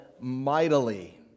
mightily